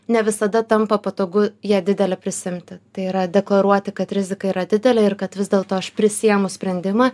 ne visada tampa patogu ją didelę prisiimti tai yra deklaruoti kad rizika yra didelė ir kad vis dėlto aš prisiėmu sprendimą